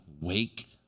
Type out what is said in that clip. wake